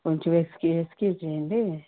కొంచెం ఎక్స్క్యూ ఎక్స్క్యూజ్ చెయ్యండి